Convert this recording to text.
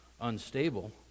unstable